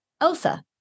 Elsa